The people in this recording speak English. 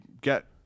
get